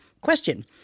Question